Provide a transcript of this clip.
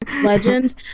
Legends